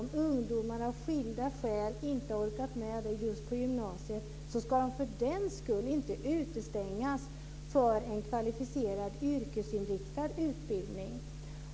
Om ungdomar av skilda skäl inte orkat med detta just på gymnasiet ska de för den skull inte utestängas från en kvalificerad yrkesinriktad utbildning.